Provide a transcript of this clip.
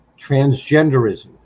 transgenderism